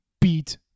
beat